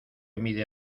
mide